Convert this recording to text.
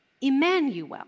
Emmanuel